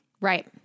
Right